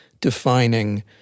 defining